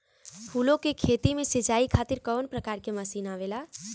फूलो के खेती में सीचाई खातीर कवन प्रकार के मशीन आवेला?